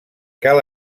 cal